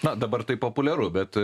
na dabar tai populiaru bet